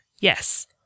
Yes